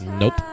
Nope